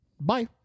Bye